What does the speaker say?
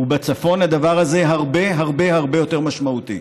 ובצפון הדבר הזה הרבה הרבה הרבה יותר משמעותי.